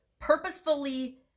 purposefully